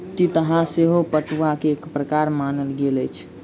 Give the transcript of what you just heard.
तितहा सेहो पटुआ के एक प्रकार मानल गेल अछि